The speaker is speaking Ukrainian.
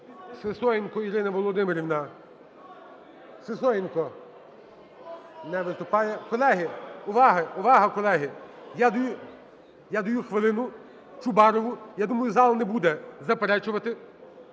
Сисоєнко Ірина Володимирівна. Сисоєнко не виступає. Колеги, увага, колеги, я даю хвилину Чубарову, я думаю, зал не буде заперечувати